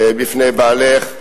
בפני בעלך,